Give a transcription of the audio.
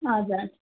हजुर